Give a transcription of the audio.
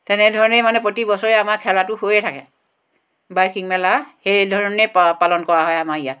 তেনেধৰণে মানে প্ৰতি বছৰে আমাৰ খেলাটো হৈয়ে থাকে বাৰ্ষিক মেলা এই ধৰণে পা পালন কৰা হয় আমাৰ ইয়াত